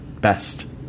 Best